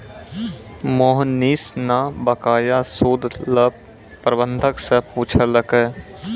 मोहनीश न बकाया सूद ल प्रबंधक स पूछलकै